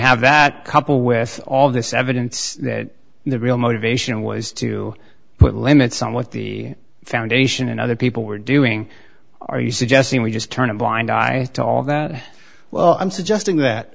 have that couple with all this evidence that the real motivation was to put limits on what the foundation and other people were doing are you suggesting we just turn a blind eye to all that well i'm suggesting that